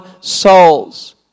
souls